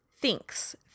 Thinks